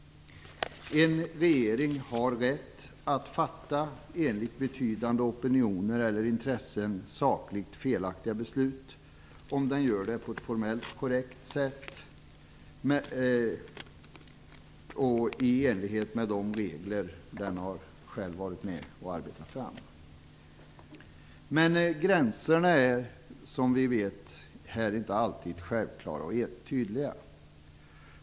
En regering har rätt att fatta enligt betydande opinioner eller intressen sakligt felaktiga beslut om den gör det på ett formellt korrekt sätt och i enlighet med de regler den själv har varit med om att arbeta fram. Men gränserna är, som vi vet, inte alltid självklara och tydliga.